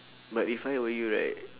but if I were you right